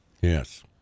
Yes